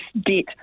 debt